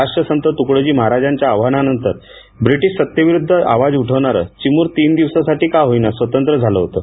राष्ट्रसंत तुकडोजी महाराजांच्या आवाहनानंतर ब्रिटिश सत्तेविरुद्ध आवाज उठवणारं चिमूर तीन दिवसांसाठी का होईना स्वतंत्र झालं होतं